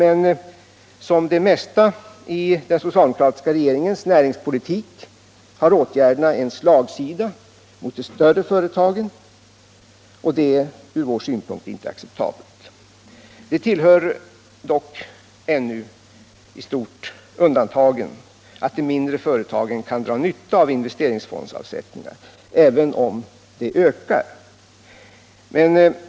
Men som det mesta i den socialdemokratiska regeringens näringspolitik har åtgärderna en slagsida mot de större företagen, och det är ur vår synpunkt inte acceptabelt. Det tillhör dock ännu undantagen att de mindre företagen kan dra nytta av investeringsfondsavsättningar, även om de ökar.